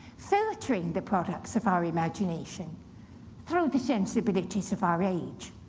filtering the products of our imagination through the sensibilities of our age.